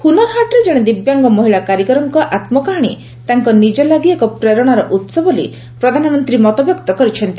ହୁନରହାଟ୍ରେ ଜଣେ ଦିବ୍ୟାଙ୍ଗ ମହିଳା କାରିଗରଙ୍କର ଆତ୍ମକାହାଣୀ ତାଙ୍କ ନିକ ଲାଗି ଏକ ପ୍ରେରଣାର ଉତ୍ସ ବୋଲି ପ୍ରଧାନମନ୍ତ୍ରୀ ମତବ୍ୟକ୍ତ କରିଛନ୍ତି